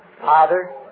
Father